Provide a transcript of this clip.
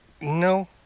No